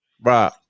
Bro